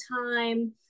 time